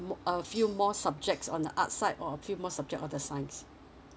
more uh a few more subjects on the art side or a few more subject on the science